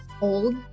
old